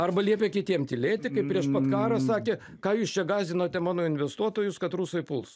arba liepė kitiem tylėti kaip prieš pat karą sakė ką jūs čia gąsdinote mano investuotojus kad rusai puls